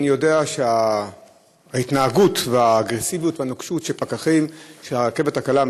אני יודע שההתנהגות והאגרסיביות והנוקשות של הפקחים של הרכבת הקלה,